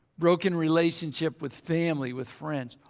broken relationship with family, with friends.